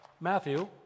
Matthew